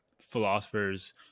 philosophers